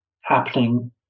happening